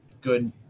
good